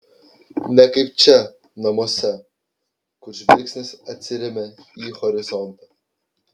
ne kaip čia namuose kur žvilgsnis atsiremia į horizontą